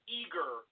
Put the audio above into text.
eager